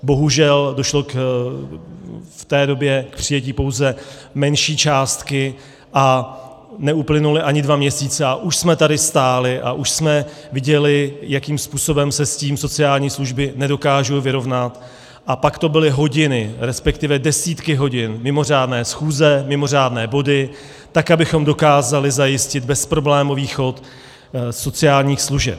Bohužel došlo v té době k přijetí pouze menší částky, a neuplynuly ani dva měsíce a už jsme tady stáli a už jsme viděli, jakým způsobem se s tím sociální služby nedokážou vyrovnat, a pak to byly hodiny, respektive desítky hodin, mimořádné schůze, mimořádné body, tak abychom dokázali zajistit bezproblémový chod sociálních služeb.